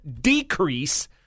decrease